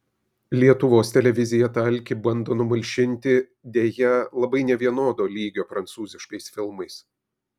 lietuvos televizija tą alkį bando numalšinti deja labai nevienodo lygio prancūziškais filmais